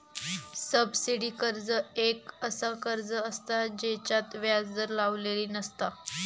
subsidy कर्ज एक असा कर्ज असता जेच्यात व्याज दर लावलेली नसता